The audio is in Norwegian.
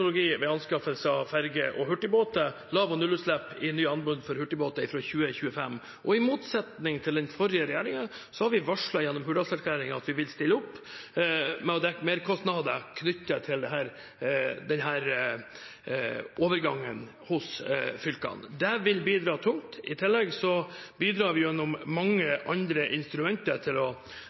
ved anskaffelse av ferjer og hurtigbåter, lav- og nullutslipp, i nye anbud for hurtigbåter fra 2025. I motsetning til den forrige regjeringen har vi i Hurdalsplattformen varslet at vi vil stille opp med å dekke merkostnader knyttet til denne overgangen hos fylkene. Dette vil bidra tungt. I tillegg bidrar vi gjennom mange andre instrumenter til å